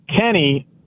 Kenny